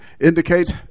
indicates